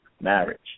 marriage